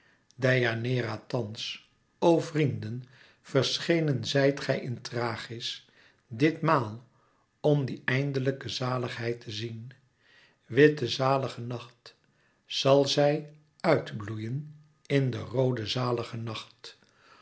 deianeira thans o vrienden verschenen zijt gij in thrachis dit maal om die eindelijke zaligheid te zien witte zalige nacht zal zij uit bloeien in de roode zalige nacht